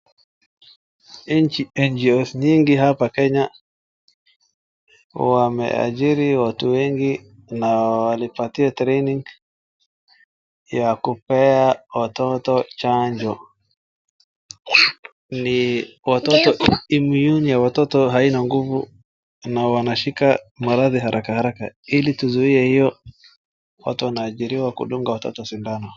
NGO's nyingi hapa kenya, wameajiri watu wengi na walipatia training ya kupea watoto chanjo, immune ya watoto haina nguvu, na wanashika maradhi harakaharaka, ili kuzuia hiyo, watu wanaajiriwa kudunga watoto sindano.